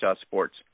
sports